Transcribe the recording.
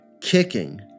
kicking